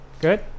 Good